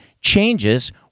changes